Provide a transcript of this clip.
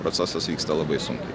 procesas vyksta labai sunkiai